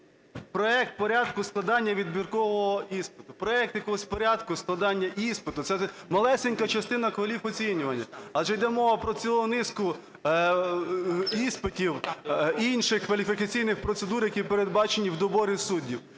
проект порядку складення відбіркового іспиту, проект якогось порядку складення іспиту – це малесенька частина кваліфоцінювання, адже йде мова про цілу низку іспитів, інших кваліфікаційних процедур, які передбачені в доборі суддів.